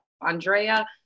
Andrea